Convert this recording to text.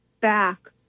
back